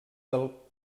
del